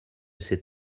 ses